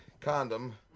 condom